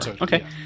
Okay